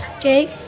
Jake